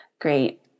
great